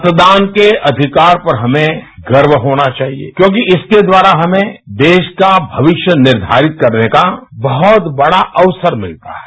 मतदान के अधिकार पर हमें गर्व होना चाहिए क्योंकि इसके द्वारा हमें देश का भविष्य निर्धारित करने का बहुत बड़ा अवसर मिलता है